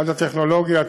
עד הטכנולוגיה.